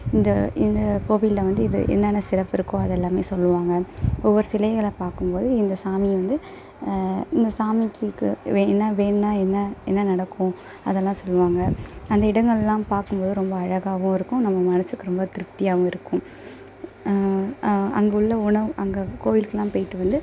இந்த இந்த கோவிலில் வந்து இது என்னான்ன சிறப்பு இருக்கோ அது எல்லாமே சொல்லுவாங்க ஒவ்வொரு சிலைகளை பார்க்கும் போதும் இந்த சாமி வந்து இந்த சாமிக்கிக்கு வே என்ன வேண்டினால் என்ன என்ன நடக்கும் அதெல்லாம் சொல்லுவாங்க அந்த இடங்களெலாம் பார்க்கும் போது ரொம்ப அழகாகவும் இருக்கும் நம்ம மனதுக்கு ரொம்ப திருப்தியாகவும் இருக்கும் அங்கே உள்ள உணவு அங்கே கோவிலுக்கெலாம் போயிட்டு வந்து